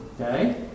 Okay